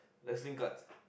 wrestling cards